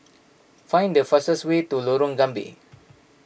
find the fastest way to Lorong Gambir